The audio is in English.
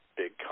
big